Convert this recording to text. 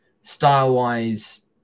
style-wise